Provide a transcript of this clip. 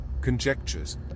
conjectures